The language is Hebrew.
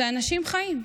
אלו אנשים חיים.